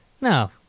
No